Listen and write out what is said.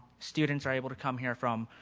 students are able to come here from,